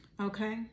Okay